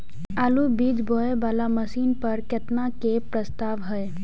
आलु बीज बोये वाला मशीन पर केतना के प्रस्ताव हय?